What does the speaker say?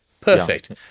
perfect